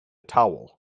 towel